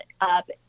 up